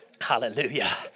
hallelujah